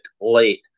late